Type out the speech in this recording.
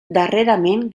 darrerament